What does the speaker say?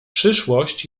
przyszłość